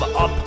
up